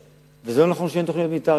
ולא נכון שאין תוכניות מיתאר.